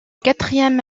quatrième